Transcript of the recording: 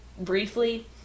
briefly